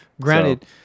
Granted